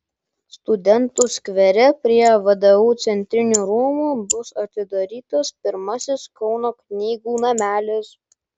studentų skvere prie vdu centrinių rūmų bus atidarytas pirmasis kauno knygų namelis